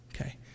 Okay